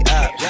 up